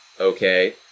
okay